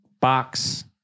box